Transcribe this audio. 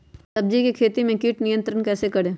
सब्जियों की खेती में कीट नियंत्रण कैसे करें?